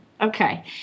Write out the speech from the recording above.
Okay